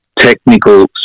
Technical